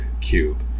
cube